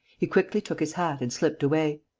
he quickly took his hat and slipped away.